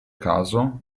caso